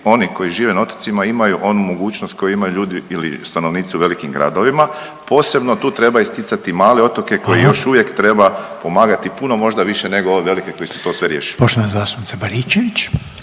oni koji žive na otocima imaju onu mogućnost koju imaju ljudi ili stanovnici u velikim gradovima. Posebno tu treba isticati male otoke koje još .../Upadica: Hvala./... uvijek treba pomagati, puno možda više nego ove velike koji su to sve riješili.